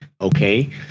okay